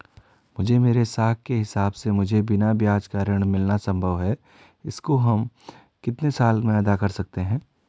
मुझे मेरे साख के हिसाब से मुझे बिना ब्याज का ऋण मिलना संभव है इसको हम कितने साल में अदा कर सकते हैं?